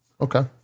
okay